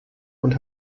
und